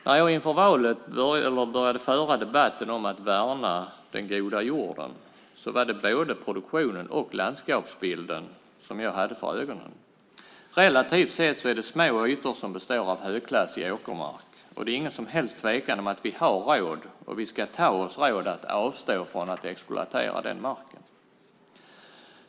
När jag inför valet började föra debatten om att värna den goda jorden var det både produktionen och landskapsbilden jag hade för ögonen. Relativt sett är det små ytor som består av högklassig åkermark, och det är ingen som helst tvekan om att vi har råd och ska ta oss råd att avstå från att exploatera den marken.